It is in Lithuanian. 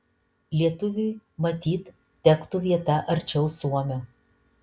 lietuviui matyt tektų vieta arčiau suomio